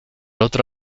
otro